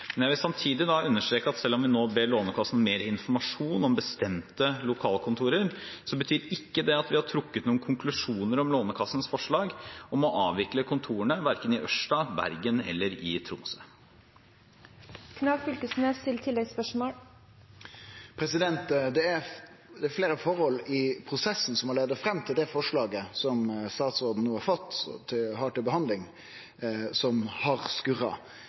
Men jeg vil samtidig understreke at selv om vi nå ber Lånekassen om mer informasjon om bestemte lokalkontorer, betyr ikke det at vi har trukket noen konklusjoner om Lånekassens forslag om å avvikle kontorene, verken i Ørsta, Bergen eller i Tromsø. Det er fleire forhold i prosessen som har leidd fram til det forslaget som statsråden no har til behandling, som har skurra. For det første: Det utvalet som